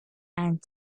and